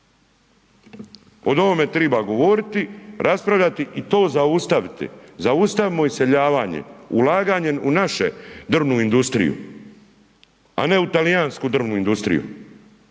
O ovome treba govoriti, raspravljati i to zaustaviti. Zaustavimo iseljavanje, ulaganje u naše, drvnu industriju a ne u talijansku drvnu industriju,